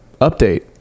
Update